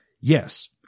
yes